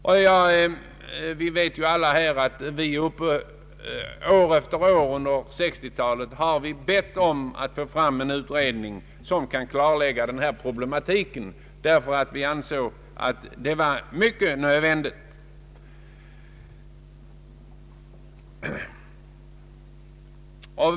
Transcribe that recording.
Alla vet att vi år efter år under 1960-talet har bett om att få till stånd en utredning, som skulle kunna klarlägga denna problematik, därför att vi har ansett detta synnerligen nödvändigt.